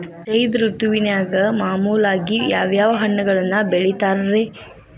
ಝೈದ್ ಋತುವಿನಾಗ ಮಾಮೂಲಾಗಿ ಯಾವ್ಯಾವ ಹಣ್ಣುಗಳನ್ನ ಬೆಳಿತಾರ ರೇ?